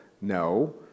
no